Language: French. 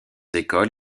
écoles